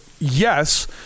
yes